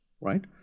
right